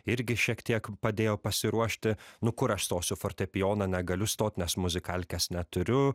irgi šiek tiek padėjo pasiruošti nu kur aš stosiu fortepijoną negaliu stot nes muzikalkės neturiu